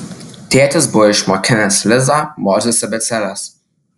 tėtis buvo išmokinęs lizą morzės abėcėlės